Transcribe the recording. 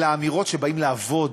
אלא האמירות שבאים לעבוד.